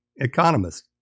economist